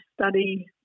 study